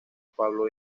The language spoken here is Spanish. pablo